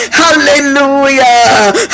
hallelujah